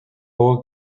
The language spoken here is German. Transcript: bauer